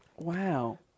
Wow